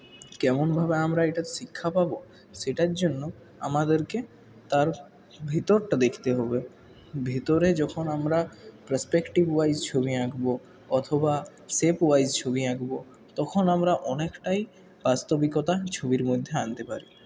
কেমনভাবে আমরা এটার শিক্ষা পাবো সেটার জন্য আমাদেরকে তার ভেতরটা দেখতে হবে ভেতরে যখন আমরা পার্স্পেক্টিভওয়াইজ ছবি আঁকবো অথবা শেপওয়াইজ ছবি আঁকবো তখন আমরা অনেকটাই বাস্তবিকতা ছবির মধ্যে আনতে পারি